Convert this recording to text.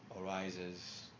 arises